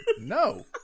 no